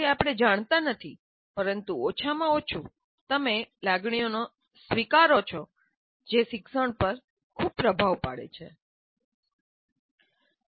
તે આપણે જાણતા નથી પરંતુ ઓછામાં ઓછું તમે લાગણીઓને સ્વીકારો છો જે શિક્ષણ પર ખૂબ પ્રભાવ પાડે છે